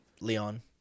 Leon